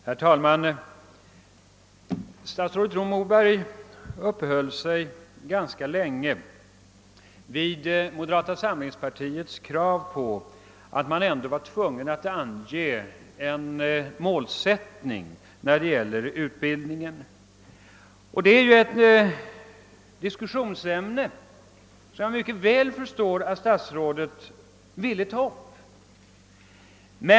Herr talman! Statsrådet Moberg uppehöll sig ganska länge vid moderata samlingspartiets krav på att man skall ange en målsättning när det gäller utbildningen. Jag förstår mycket väl att statsrådet ville ta upp det diskussionsämnet.